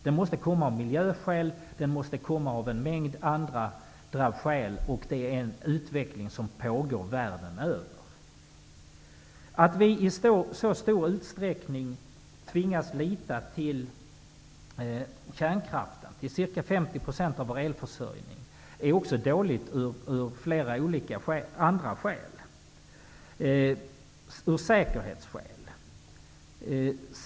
Den måste komma av miljöskäl och av en mängd andra skäl. Det är en utveckling som pågår världen över. Att vi i så stor utsträckning tvingas lita till kärnkraften -- den står för ca 50 % av vår elförsörjning -- är också dåligt av flera olika andra skäl, t.ex. av säkerhetsskäl.